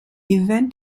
event